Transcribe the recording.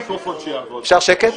אפשר שקט?